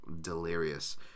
delirious